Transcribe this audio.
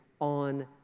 on